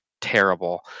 terrible